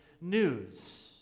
news